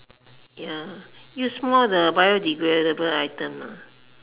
ya use more the biodegradable items lah